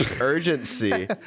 urgency